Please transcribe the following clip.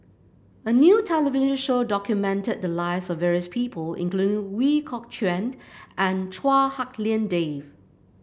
a new television show documented the lives of various people including Ooi Kok Chuen and Chua Hak Lien Dave